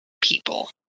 people